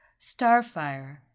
Starfire